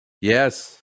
Yes